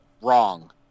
wrong